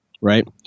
right